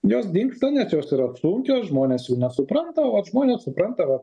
jos dingsta net jos yra sunkios žmonės jų nesupranta o žmonės supranta va